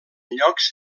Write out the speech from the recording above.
llocs